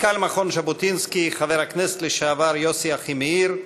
מנכ"ל מכון ז'בוטינסקי חבר הכנסת לשעבר יוסי אחימאיר,